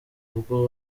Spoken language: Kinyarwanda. ubwo